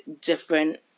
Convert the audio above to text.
different